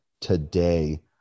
today